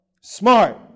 Smart